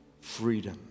freedom